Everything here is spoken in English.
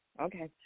okay